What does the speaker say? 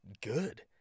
good